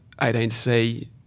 18C